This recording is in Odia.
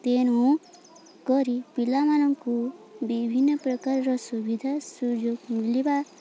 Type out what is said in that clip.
ତେଣୁକରି ପିଲାମାନଙ୍କୁ ବିଭିନ୍ନ ପ୍ରକାରର ସୁବିଧା ସୁଯୋଗ ମିଳିବା